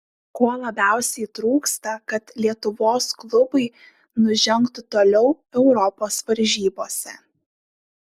ko labiausiai trūksta kad lietuvos klubai nužengtų toliau europos varžybose